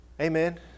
Amen